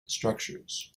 structures